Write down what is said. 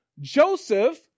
Joseph